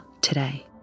today